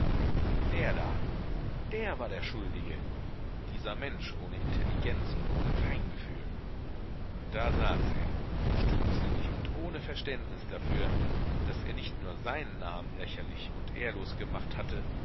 der da der war der schuldige dieser mensch ohne intelligenz und ohne feingefühl da saß er stumpfsinnig und ohne verständnis dafür daß er nicht nur seinen namen lächerlich und ehrlos gemacht hatte